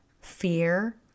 fear